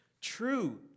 true